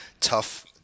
tough